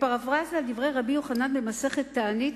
בפרפראזה על דברי רבי יוחנן במסכת תענית,